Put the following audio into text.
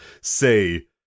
say